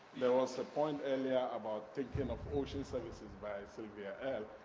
there was a point earlier about thinking of ocean services by sylvia